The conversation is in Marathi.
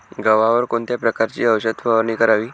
गव्हावर कोणत्या प्रकारची औषध फवारणी करावी?